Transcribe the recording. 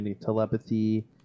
telepathy